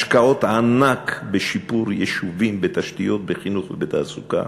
השקעות ענק בשיפור יישובים בתשתיות בחינוך ובתעסוקה,